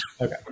Okay